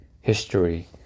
history